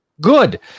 good